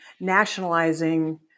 nationalizing